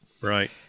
right